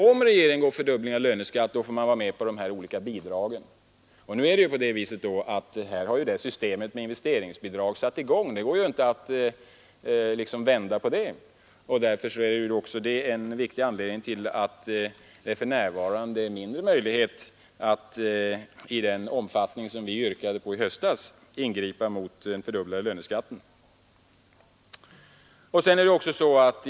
Om löneskatten fördubblades fick man gå med på de olika bidragen, Nu har systemet med investeringsbidrag satts i gång, och det går inte att vända på det. Detta är en viktig anledning till att det för närvarande finns mindre möjligheter att ingripa mot den fördubblade löneskatten i den omfattning som vi yrkade på i höstas.